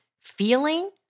feeling